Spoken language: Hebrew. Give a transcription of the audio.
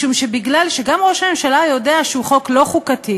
משום שבגלל שגם ראש הממשלה יודע שהוא לא חוק חוקתי,